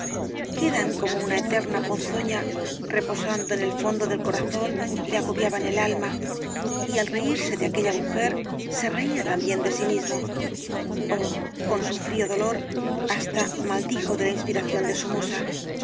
quedan como una eterna ponzoña reposando en el fondo del corazón le agobiaban el alma y al reírse de aquella mujer se reía también de sí mismo oh en su frío dolor hasta maldijo de la inspiración de su musa